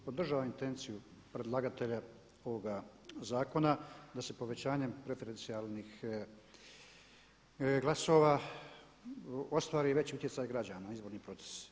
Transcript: Podržavam intenciju predlagatelja ovoga zakona da se povećanjem preferencijalnih glasova ostvari veći utjecaj građana, izborni proces.